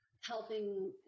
helping